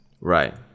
Right